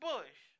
Bush